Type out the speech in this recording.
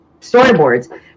storyboards